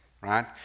right